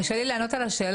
קשה לי לענות על השאלה,